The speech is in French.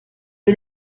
est